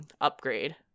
upgrade